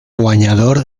guanyador